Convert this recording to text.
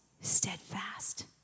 steadfast